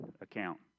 account